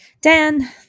Dan